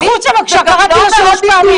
החוצה בבקשה, קראתי כבר שלוש פעמים.